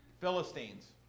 Philistines